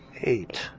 Eight